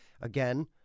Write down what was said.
Again